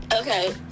Okay